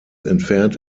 entfernt